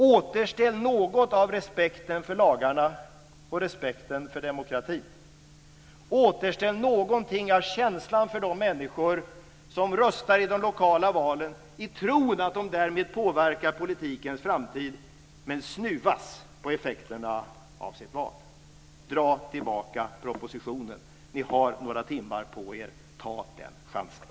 Återställ något av respekten för lagarna och respekten för demokratin. Återställ någonting av känslan för de människor som röstar i de lokala valen i tron att de därmed påverkar politikens framtid men snuvas på effekterna av sitt val. Dra tillbaka propositionen! Ni har några timmar på er. Ta den chansen.